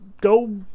go